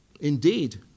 Indeed